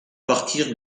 partir